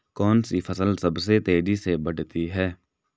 कौनसी फसल सबसे तेज़ी से बढ़ती है?